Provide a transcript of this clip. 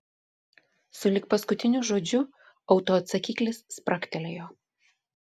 sulig paskutiniu žodžiu autoatsakiklis spragtelėjo